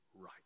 right